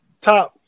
top